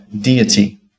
Deity